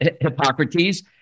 Hippocrates